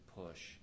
push